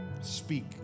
speak